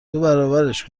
دوبرابرش